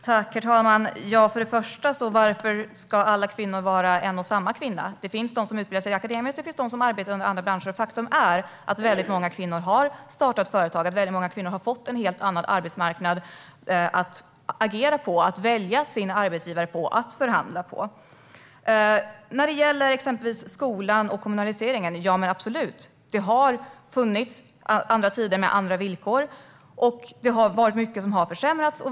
Herr talman! Varför ska alla kvinnor vara en och samma kvinna? Det finns de som utbildar sig akademiskt, och det finns de som arbetar inom andra branscher. Faktum är att många kvinnor har startat företag och fått en helt annan arbetsmarknad att agera på, att välja sin arbetsgivare på, att förhandla på. Låt oss titta på skolan och kommunaliseringen. Ja, absolut! Det har funnits andra tider med andra villkor, och mycket har försämrats.